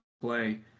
play